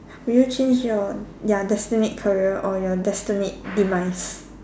would you change your ya destined career or your destined demise